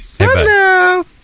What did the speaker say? Hello